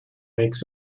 makes